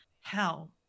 hell